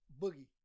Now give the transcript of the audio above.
Boogie